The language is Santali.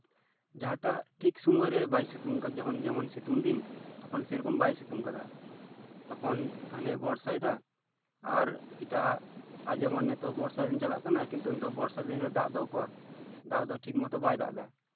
ᱡᱟᱦᱟᱴᱟᱜ ᱴᱷᱤᱠ ᱥᱚᱢᱚᱭ ᱨᱮ ᱵᱟᱭ ᱥᱤᱛᱩᱝ ᱠᱟᱜ ᱡᱮᱢᱚᱱ ᱡᱮᱢᱚᱱ ᱥᱤᱛᱩᱝ ᱫᱤᱱ ᱛᱚᱠᱷᱚᱱ ᱥᱮᱨᱚᱠᱚᱢ ᱵᱟᱭ ᱥᱤᱛᱩᱝ ᱠᱟᱫᱟ ᱛᱚᱠᱷᱚᱱ ᱜᱷᱟᱱᱮ ᱵᱚᱨᱥᱟᱭᱮᱫᱟ ᱟᱨ ᱮᱴᱟᱜ ᱡᱮᱢᱚᱱ ᱱᱤᱛᱚᱜ ᱵᱚᱨᱥᱟ ᱫᱤᱱ ᱪᱟᱞᱟᱜ ᱠᱟᱱᱟ ᱠᱤᱱᱛᱩ ᱱᱤᱛᱚᱜ ᱵᱚᱨᱥᱟ ᱫᱤᱱᱨᱮ ᱫᱟᱜ ᱫᱚ ᱚᱠᱚᱨ ᱫᱟᱜ ᱫᱚ ᱴᱷᱤᱠ ᱢᱚᱛᱚ ᱵᱟᱭ ᱫᱟᱜ ᱮᱫᱟ